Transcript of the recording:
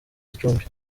gicumbi